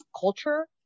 culture